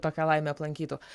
tokia laimė aplankytų